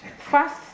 First